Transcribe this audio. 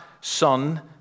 son